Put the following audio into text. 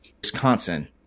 Wisconsin